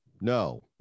no